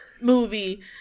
movie